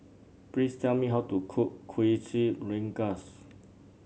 please tell me how to cook Kuih Rengas